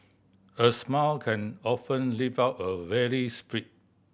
a smile can often lift up a weary spirit